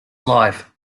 life